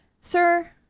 Sir